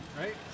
right